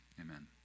Amen